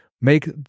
make